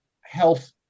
health